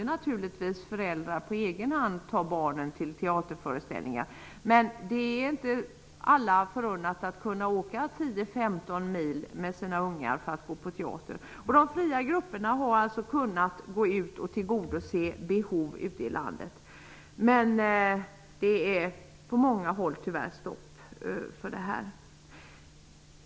Naturligtvis kan föräldrar på egen hand ta barnen till teaterföreställningar. Men det är inte alla förunnat att kunna åka 10--15 mil med sina ungar för att gå på teater. De fria grupperna har kunnat tillgodose dessa behov ute i landet. Men på många håll är det tyvärr stopp för detta.